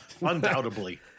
Undoubtedly